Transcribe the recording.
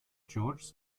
george’s